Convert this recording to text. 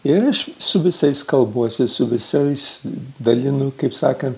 ir aš su visais kalbuosi su visais dalinu kaip sakant